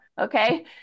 okay